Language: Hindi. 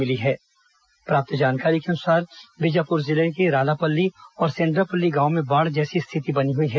मिली जानकारी के अनुसार बीजापुर जिले के रालापल्ली और सेंड्रापल्ली गांव में बाढ़ जैसी स्थिति बनी हई है